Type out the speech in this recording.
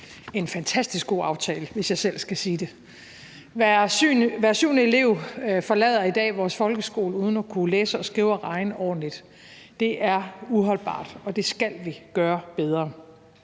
en fantastisk god aftale, hvis jeg selv skal sige det. Hver syvende elev forlader i dag vores folkeskole uden at kunne læse og skrive og regne ordentligt. Det er uholdbart, og det skal vi gøre bedre.